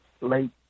late